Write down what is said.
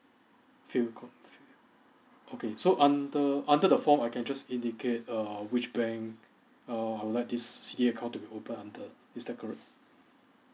few con few okay so under under the form I can just indicate err which bank err I would like this C D A account to be opened under is that correct